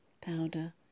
powder